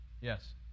Yes